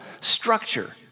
structure